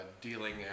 dealing